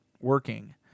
working